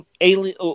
alien